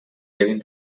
quedin